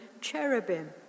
cherubim